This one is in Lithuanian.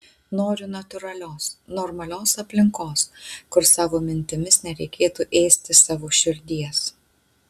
noriu natūralios normalios aplinkos kur savo mintimis nereikėtų ėsti savo širdies